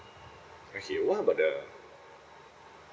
okay what about the